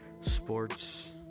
sports